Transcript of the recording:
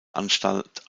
anstalt